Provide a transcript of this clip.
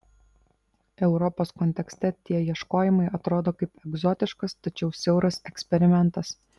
europos kontekste tie ieškojimai atrodo kaip egzotiškas tačiau siauras eksperimentas